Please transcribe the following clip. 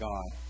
God